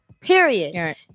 period